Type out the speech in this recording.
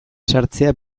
sartzea